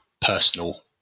personal